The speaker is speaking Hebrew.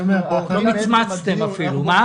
לא מצמצתם אפילו.